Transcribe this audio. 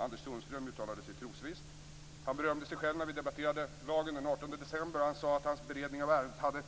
Anders Sundström uttalade sig trosvisst och berömde sig själv när vi debatterade propositionen den 18 december och sade att beredningen av ärendet "hade